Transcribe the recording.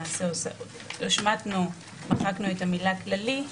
השמטנו את המילה "כללי"